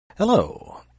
Hello